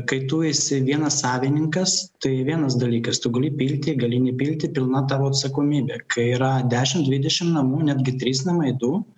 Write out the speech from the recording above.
kai tu esi vienas savininkas tai vienas dalykas tu gali pilti gali nepilti pilna tavo atsakomybė kai yra dešim dvidešim namų netgi trys namai du